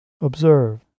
Observe